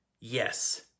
Yes